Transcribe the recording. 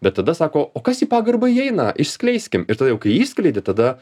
bet tada sako o kas į pagarbą įeina išskleiskim ir tada jau kai išskleidi tada